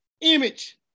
image